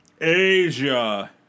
Asia